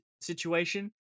situation